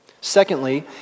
Secondly